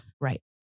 Right